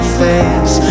face